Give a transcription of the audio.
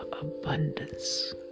abundance